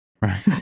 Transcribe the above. Right